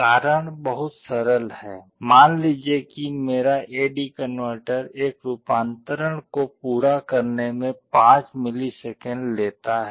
कारण बहुत सरल है मान लीजिए कि मेरा ए डी कनवर्टर एक रूपांतरण को पूरा करने में 5 मिलीसेकंड लेता है